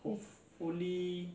if